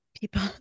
people